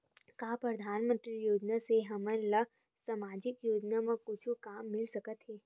का परधानमंतरी योजना से हमन ला सामजिक योजना मा कुछु काम मिल सकत हे?